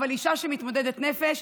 אבל אישה שהיא מתמודדת נפש,